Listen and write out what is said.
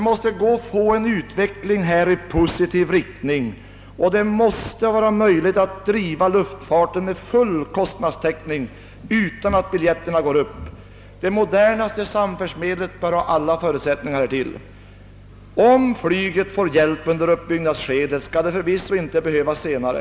Vi måste kunna åstadkomma en utveckling i positiv riktning och Jluftfarten måste kunna drivas med full kostnadstäckning utan att biljettpriserna stiger. Det modernaste samfärdsmedlet bör ha alla förutsättningar härvidlag. Om flyget får hjälp under uppbyggnadsskedet skall det förvisso inte behövas någon hjälp senare.